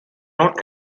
north